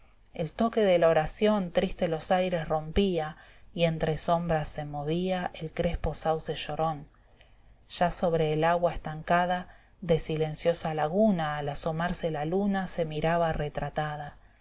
el toque de la oración triste los aires rompía y entre sombras se movía el crespo sauce llorón fausto ya sobre el agua estancada de silenciosa laguna al asomarse la luna se miraba retratada